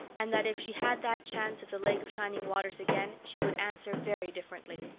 and that if she had that chance of the lake of shining waters again she would answer very differently.